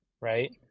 Right